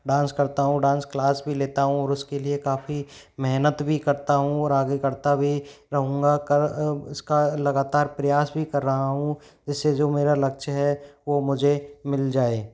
dance करता हूँ dance class भी लेता हूँ और उसके लिए काफ़ी मेहनत भी करता हूँ और आगे करता भी रहूँगा कर उसका लगातार प्रयास भी कर रहा हूँ इस से जो मेरा लक्ष्य है वो मुझे मिल जाए